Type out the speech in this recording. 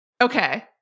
Okay